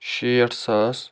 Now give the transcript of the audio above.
شیٹھ ساس